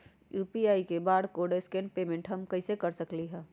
UPI barcode scan payment हम कईसे कर सकली ह?